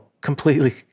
completely